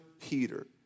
peter